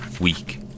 weak